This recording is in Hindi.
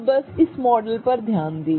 अब बस इस मॉडल पर ध्यान दें